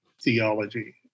theology